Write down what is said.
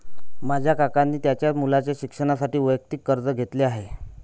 माझ्या काकांनी त्यांच्या मुलाच्या शिक्षणासाठी वैयक्तिक कर्ज घेतले आहे